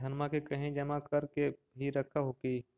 धनमा के कहिं जमा कर के भी रख हू की?